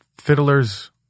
Fiddlers